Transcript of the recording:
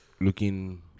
looking